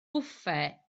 bwffe